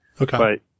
Okay